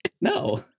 no